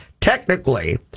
technically